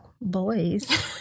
boys